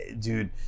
dude